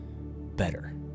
better